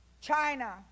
China